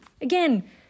Again